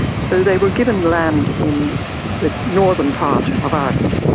so they were given land in the northern part of ireland.